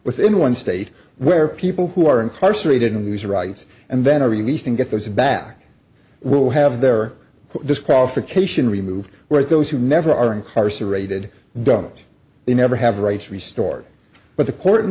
within one state where people who are incarcerated and whose rights and then are released and get those back will have their disqualification removed whereas those who never are incarcerated don't they never have rights restored but the court